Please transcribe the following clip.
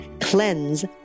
CLEANSE